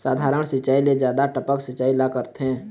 साधारण सिचायी ले जादा टपक सिचायी ला करथे